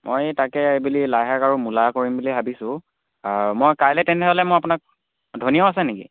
মই তাকেই লাই শাক আৰু মূলা কৰিম বুলি ভাবিছোঁ মই কাইলে তেনেহ'লে মই আপোনাক ধনীয়াও আছে নেকি